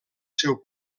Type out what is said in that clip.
seu